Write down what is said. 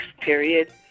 Period